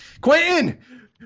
Quentin